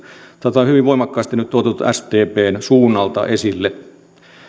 tätä on hyvin voimakkaasti nyt tuotu sdpn suunnalta esille